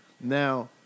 Now